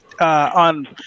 On